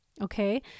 okay